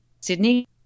Sydney